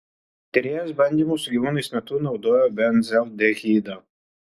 tyrėjas bandymų su gyvūnais metu naudojo benzaldehidą